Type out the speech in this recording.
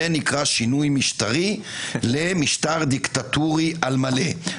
זה נקרא שינוי משטרי למשטר דיקטטורי על מלא.